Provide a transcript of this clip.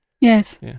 Yes